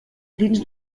dins